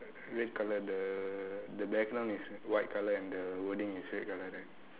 red colour the the background is white colour and the wording is red colour right